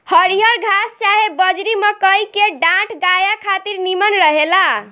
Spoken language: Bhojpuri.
हरिहर घास चाहे बजड़ी, मकई के डांठ गाया खातिर निमन रहेला